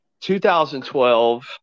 2012